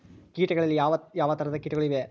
ಕೇಟಗಳಲ್ಲಿ ಯಾವ ಯಾವ ತರಹದ ಕೇಟಗಳು ಇವೆ?